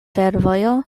fervojo